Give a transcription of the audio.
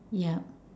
yup